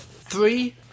three